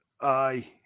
Aye